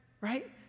right